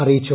അറിയിച്ചു